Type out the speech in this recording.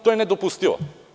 To je nedopustivo.